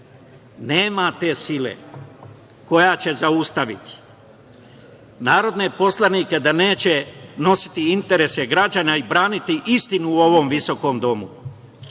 nema te sile koja će zaustaviti narodne poslanike da neće nositi interese građana i braniti istinu u ovom visokom domu.